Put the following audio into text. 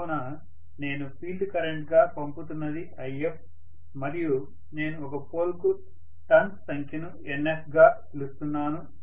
కావున నేను ఫీల్డ్ కరెంట్గా పంపుతున్నది If మరియు నేను ఒక పోల్ కు టర్న్స్ సంఖ్యను Nf గా పిలుస్తున్నాను